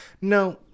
No